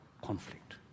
conflict